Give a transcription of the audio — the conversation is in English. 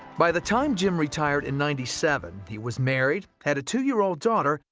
by the time jim retired in ninety seven, he was married, had a two-year-old daughter,